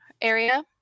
area